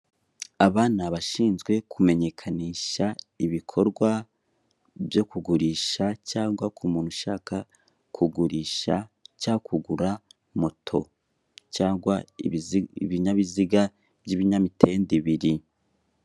Aba abashinzwe kumenyekanisha ibikorwa byo kugurisha cyangwa k'umuntu ushaka kugurisha cya kugura moto cyangwa ibinyabiziga by'ibinyamitende ibiri.